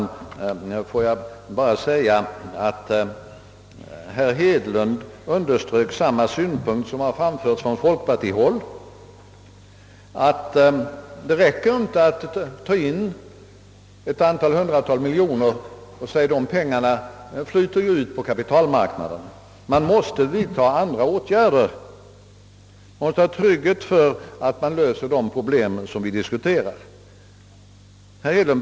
Jag vill sedan endast säga att herr Hedlund underströk samma synpunkt som har framförts från folkpartiet, att det inte räcker att ta in ett hundratal miljoner och säga att dessa pengar flyter ut på kapitalmarknaden. Man måste vidtaga andra åtgärder. Man måste ha trygghet för att de problem man diskuterar blir lösta.